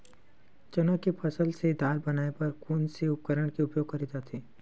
चना के फसल से दाल बनाये बर कोन से उपकरण के उपयोग करे जाथे?